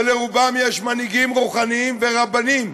ולרובם יש מנהיגים רוחניים ורבנים,